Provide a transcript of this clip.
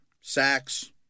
Sacks